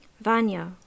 vanya